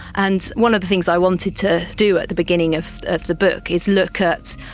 and one of the things i wanted to do at the beginning of of the book is look at,